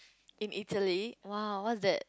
in Italy !wow! what's that